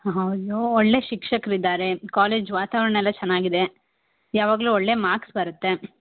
ಹಾಂ ಹಾಂ ಅಯ್ಯೋ ಒಳ್ಳೆಯ ಶಿಕ್ಷಕರು ಇದ್ದಾರೆ ಕಾಲೇಜ್ ವಾತಾವರಣ ಎಲ್ಲ ಚೆನಾಗಿದೆ ಯಾವಾಗಲೂ ಒಳ್ಳೆಯ ಮಾರ್ಕ್ಸ್ ಬರತ್ತೆ